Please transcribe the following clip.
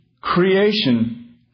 creation